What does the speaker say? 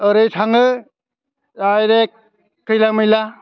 ओरै थाङो डाइरेक्ट खैला मैला